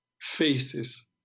faces